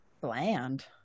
bland